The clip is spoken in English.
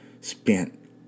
spent